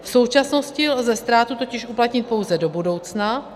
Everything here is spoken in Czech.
V současnosti lze ztrátu totiž uplatnit pouze do budoucna.